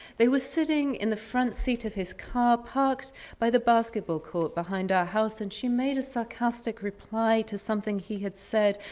they were sitting in the front seat of his car, parked by the basketball court behind our house, and she made a sarcastic reply to something he had said.